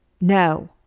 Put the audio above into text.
no